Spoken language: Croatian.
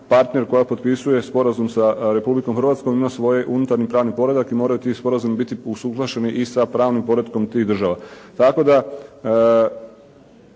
partner koja potpisuje sporazum sa Republikom Hrvatskom ima svoj unutarnji pravni poredak i moraju ti sporazumi biti usuglašeni i sa pravnim poretkom tih država. Tako da